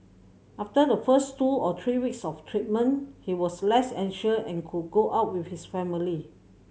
after the first two or three weeks of treatment he was less anxious and could go out with his family